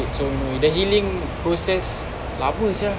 it's over the healing process lama sia